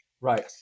Right